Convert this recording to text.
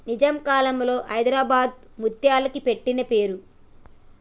నిజాం కాలంలో హైదరాబాద్ ముత్యాలకి పెట్టిన పేరు